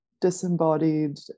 disembodied